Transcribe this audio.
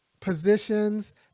positions